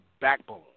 backbone